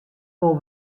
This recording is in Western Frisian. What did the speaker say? wol